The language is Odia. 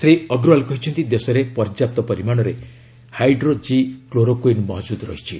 ଶ୍ରୀ ଅଗ୍ରୱାଲ କହିଛନ୍ତି ଦେଶରେ ପର୍ଯ୍ୟାପ୍ତ ପରିମାଣରେ ହାଇଡ୍ରୋ ଜି କ୍ଲୋରୋକୁଇନ୍ ମହକୁଦ ରହିଛି